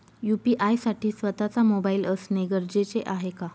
UPI साठी स्वत:चा mobile असणे गरजेचे आहे का?